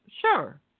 sure